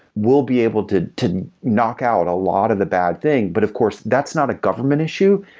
we'll be able to to knock out a lot of the bad thing. but of course, that's not a government issue,